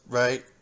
right